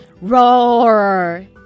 Roar